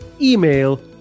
email